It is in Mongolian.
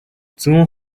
зүүн